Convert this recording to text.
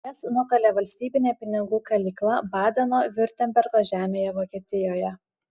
jas nukalė valstybinė pinigų kalykla badeno viurtembergo žemėje vokietijoje